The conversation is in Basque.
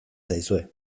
zaizue